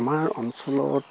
আমাৰ অঞ্চলত